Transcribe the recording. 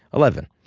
eleven.